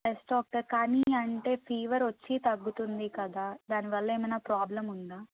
yes doctor కానీ అంటే fever వచ్చి తగ్గుతుంది కదా దానివల్ల ఏమన్న ప్రాబ్లం ఉందా